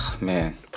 Man